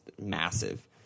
massive